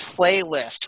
playlist